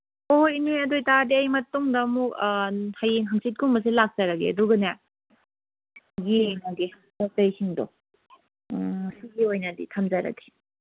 ꯍꯣꯏ ꯍꯣꯏ ꯏꯅꯦ ꯑꯗꯨꯏ ꯇꯥꯔꯒꯗꯤ ꯑꯩ ꯃꯇꯨꯡꯗ ꯑꯃꯨꯛ ꯍꯌꯦꯡ ꯍꯥꯡꯆꯤꯠꯀꯨꯝꯕꯁꯦ ꯂꯥꯛꯆꯔꯒꯦ ꯑꯗꯨꯒꯅꯦ ꯌꯦꯡꯉꯒꯦ ꯄꯣꯠ ꯆꯩꯁꯤꯡꯗꯣ ꯎꯝ ꯉꯁꯤꯒꯤ ꯑꯣꯏꯅꯗꯤ ꯊꯝꯖꯔꯒꯦ